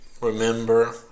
remember